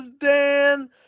Dan